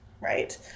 Right